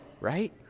right